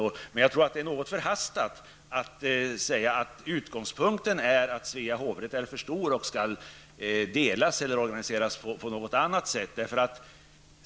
Jag tror dock att det är något förhastat att säga att utgångspunkten är att Svea hovrätt är för stor och därför bör delas eller organiseras på något annat sätt.